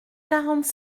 quarante